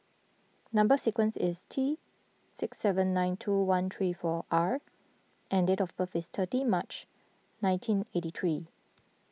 Number Sequence is T six seven nine two one three four R and date of birth is thirty March nineteen eighty three